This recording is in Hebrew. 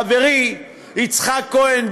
חברי יצחק כהן,